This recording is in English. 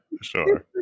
Sure